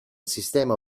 sistema